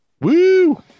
Woo